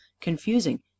confusing